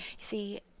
see